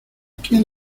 quien